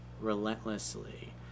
relentlessly